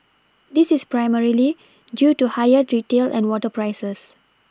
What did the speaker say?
this is primarily due to higher retail and water prices